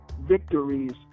victories